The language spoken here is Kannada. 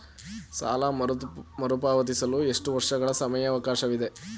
ಸಾಲ ಮರುಪಾವತಿಸಲು ಎಷ್ಟು ವರ್ಷಗಳ ಸಮಯಾವಕಾಶವಿದೆ?